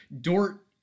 Dort